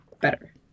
better